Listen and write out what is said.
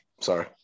Sorry